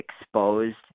exposed